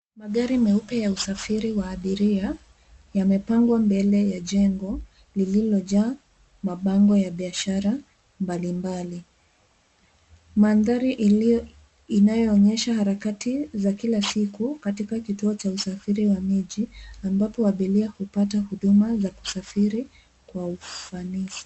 Magari meupe ya usafiri wa abiria yamepangwa mbele ya jengo lililojaa mabango ya biashara mbalimbali. Mandhari inayoonyesha harakati za kila siku katika kituo cha usafiri wa miji, ambapo abiria hupata huduma za kusafiri kwa ufanisi.